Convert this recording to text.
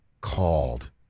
called